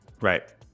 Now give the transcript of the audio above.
Right